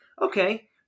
okay